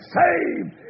saved